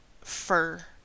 fur